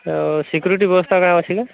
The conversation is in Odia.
ଓ ସିକ୍ୟୁରିଟି ବ୍ୟବସ୍ଥା କ'ଣ ଅଛି କି